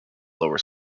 lower